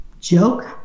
joke